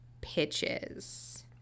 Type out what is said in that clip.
pitches